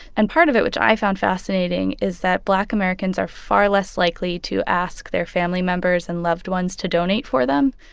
and part of it, which i found fascinating, is that black americans are far less likely to ask their family members and loved ones to donate for them.